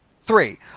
Three